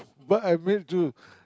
but I went to